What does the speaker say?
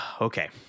Okay